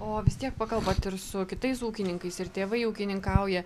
o vis tiek pakalbat ir su kitais ūkininkais ir tėvai ūkininkauja